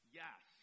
yes